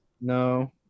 No